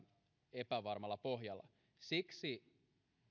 epävarmalla pohjalla siksi